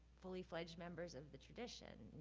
fully fledged members of the tradition.